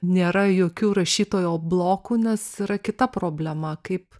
nėra jokių rašytojo blokų nes yra kita problema kaip